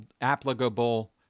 applicable